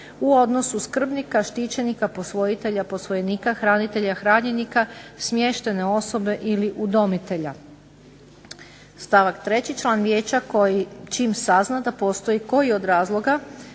u odnosu skrbnika, štićenika, posvojitelja, posvojenika, hranitelja, hranjenika, smještene osobe ili udomitelja". Stavak 3. član vijeća čim sazna da postoji koji od razloga